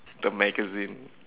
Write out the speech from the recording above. the magazine